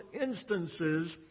instances